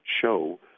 show